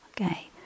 okay